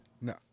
No